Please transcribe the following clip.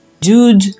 dude